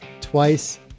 Twice